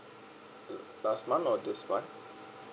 last month or this month